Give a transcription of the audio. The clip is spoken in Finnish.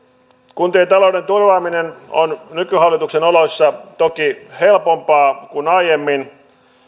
kuntien talouden turvaaminen on nykyhallituksen oloissa toki helpompaa kuin aiemmin